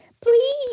Please